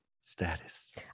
status